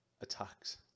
attacks